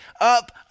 up